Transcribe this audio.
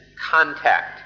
contact